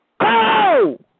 Go